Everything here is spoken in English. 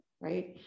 right